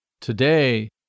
today